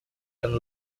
and